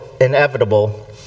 inevitable